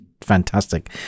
fantastic